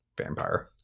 vampire